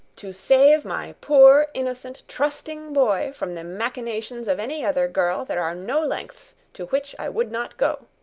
to save my poor, innocent, trusting boy from the machinations of any other girl there are no lengths to which i would not go.